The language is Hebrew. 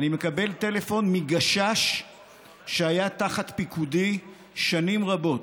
אני מקבל טלפון מגשש שהיה תחת פיקודי שנים רבות.